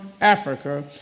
Africa